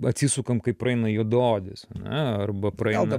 atsisukam kai praeina juodaodis arba praeina